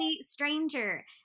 stranger